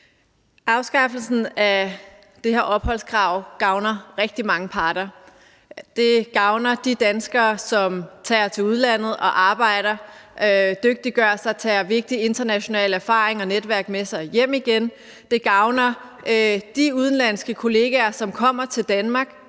Afskaffelsen af det her opholdskrav gavner rigtig mange parter. Det gavner de danskere, som tager til udlandet og arbejder, dygtiggør sig, tager vigtig international erfaring og netværk med sig hjem igen. Det gavner de udenlandske kollegaer, som kommer til Danmark